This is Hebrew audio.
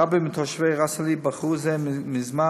ורבים מתושבי ראס עלי בחרו זה מכבר,